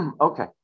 Okay